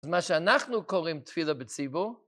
אז מה שאנחנו קוראים תפילה בציבור...